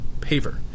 paver